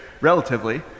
relatively